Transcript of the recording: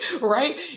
right